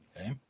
Okay